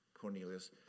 Cornelius